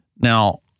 Now